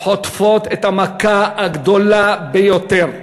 חוטפות את המכה הגדולה ביותר,